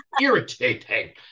irritating